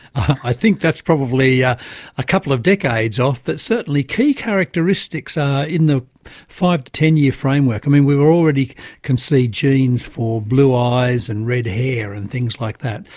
i think that's probably yeah a couple of decades off, but certainly key characteristics are in the five to ten year framework. i mean we already can see genes for blue eyes and red hair, and things like that.